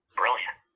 brilliant